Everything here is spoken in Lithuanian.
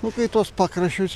nu kai į tuos pakraščius